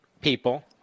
people